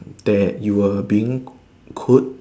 that you were being could